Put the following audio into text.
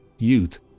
youth